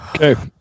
Okay